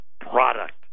product